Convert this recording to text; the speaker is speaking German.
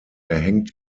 erhängt